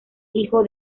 hijo